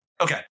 Okay